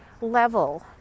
level